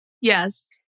yes